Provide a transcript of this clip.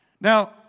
Now